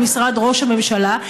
למשרד ראש הממשלה,